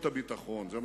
השתנה,